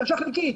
חלקית,